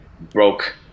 broke